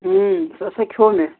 سُہ سَہ کھیوٚ مےٚ